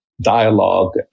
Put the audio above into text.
Dialogue